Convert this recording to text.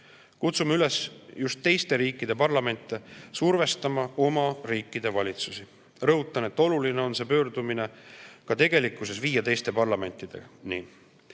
eest. Kutsume üles just teiste riikide parlamente survestama oma riikide valitsusi. Rõhutan, et oluline on see pöördumine ka tegelikkuses viia teiste parlamentideni.